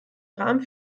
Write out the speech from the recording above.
rahmen